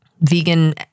vegan